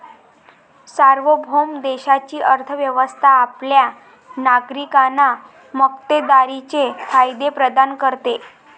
सार्वभौम देशाची अर्थ व्यवस्था आपल्या नागरिकांना मक्तेदारीचे फायदे प्रदान करते